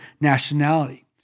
nationality